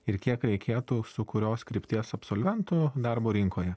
ir kiek reikėtų su kurios krypties absolventų darbo rinkoje